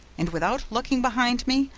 and without looking behind me,